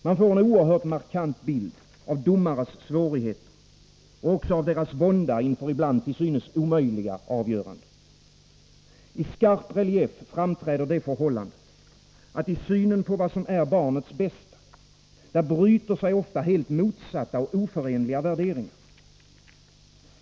Man får en oerhört markant bild av domares svårigheter och av deras vånda inför ibland till synes omöjliga avgöranden. I skarp relief framträder det förhållandet att i synen på vad som är barnets bästa bryter sig ofta helt motsatta och oförenliga värderingar.